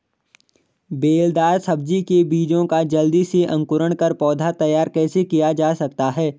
बेलदार सब्जी के बीजों का जल्दी से अंकुरण कर पौधा तैयार कैसे किया जा सकता है?